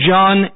John